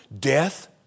Death